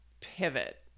pivot